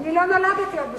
אני לא נולדתי עוד ב-67'.